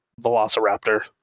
Velociraptor